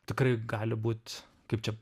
tikrai gali būt kaip čia